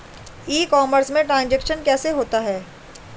ई commerce में transaction कैसे होता है?